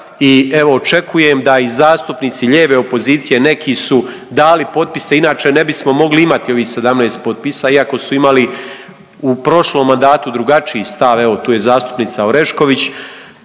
očekujem da i zastupnici lijeve opozicije, neki su dali potpise inače ne bismo mogli imati ovih 17 potpisa iako su imali u prošlom mandatu drugačiji stav, evo to je zastupnica Orešković.